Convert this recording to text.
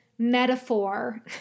metaphor